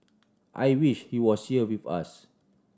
I wish he was here with us